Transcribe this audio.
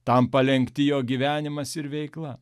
tam palenkti jo gyvenimas ir veikla